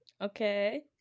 okay